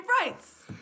rights